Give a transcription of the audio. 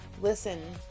Listen